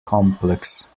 complex